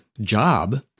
job